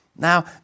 Now